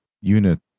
unit